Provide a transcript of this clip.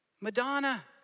Madonna